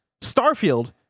starfield